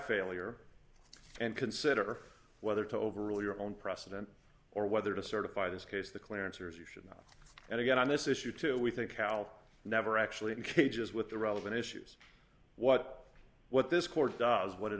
failure and consider whether to overrule your own precedent or whether to certify this case the clear answer is you should not and again on this issue too we think how never actually in cages with the relevant issues what what this court does what